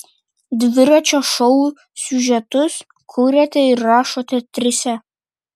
dviračio šou siužetus kuriate ir rašote trise